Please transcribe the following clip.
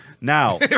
Now